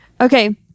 okay